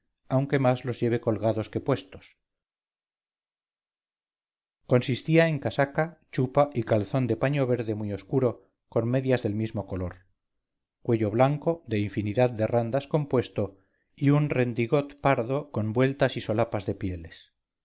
aunque más los lleve colgados que puestos consistía en casaca chupa y calzón de paño verde muy oscuro con medias del mismo color cuello blanco de infinidad de randas compuesto y un rendigot pardo con vueltas y solapas de pieles